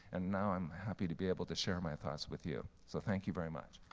and now i'm happy to be able to share my thoughts with you. so thank you very much.